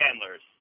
handlers